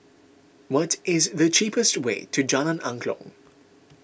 what is the cheapest way to Jalan Angklong